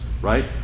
right